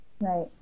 Right